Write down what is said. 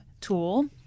tool